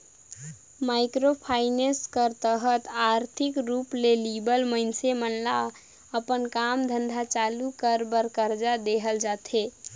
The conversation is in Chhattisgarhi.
माइक्रो फाइनेंस कर तहत आरथिक रूप ले लिबल मइनसे मन ल अपन काम धंधा चालू कर बर करजा देहल जाथे